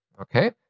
Okay